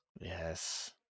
Yes